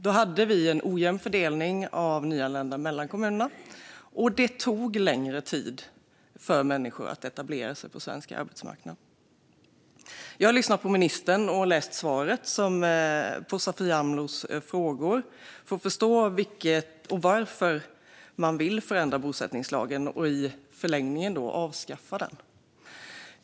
Då hade vi en ojämn fördelning av nyanlända mellan kommunerna, och det tog längre tid för människor att etablera sig på svensk arbetsmarknad. Jag har lyssnat på ministern och hans svar på Sofia Amlohs frågor för att förstå varför man vill förändra bosättningslagen och i förlängningen avskaffa den.